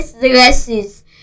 dresses